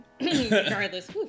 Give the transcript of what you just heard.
Regardless